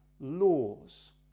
laws